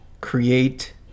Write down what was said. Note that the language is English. create